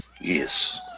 Yes